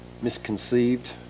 misconceived